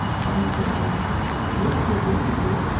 finds the right workflow to execute.